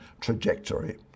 trajectory